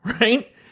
right